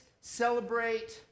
celebrate